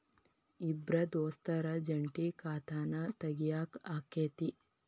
ಇಬ್ರ ದೋಸ್ತರ ಜಂಟಿ ಖಾತಾನ ತಗಿಯಾಕ್ ಆಕ್ಕೆತಿ?